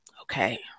okay